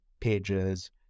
pages